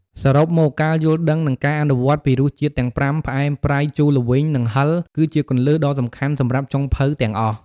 សរុបមក ការយល់ដឹង និងការអនុវត្តពីរសជាតិទាំងប្រាំ ផ្អែម ប្រៃ ជូរ ល្វីង និងហឹរ គឺជាគន្លឹះដ៏សំខាន់សម្រាប់ចុងភៅទាំងអស់។